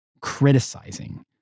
criticizing